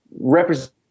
represent